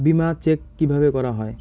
বিমা চেক কিভাবে করা হয়?